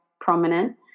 prominent